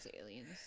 aliens